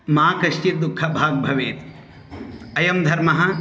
मा कश्चित् दुःखभाग् भवेत् अयं धर्मः